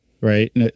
right